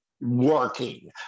working